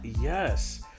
Yes